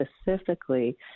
specifically